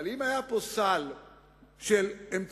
אבל אם היה פה סל של אמצעים,